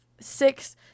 six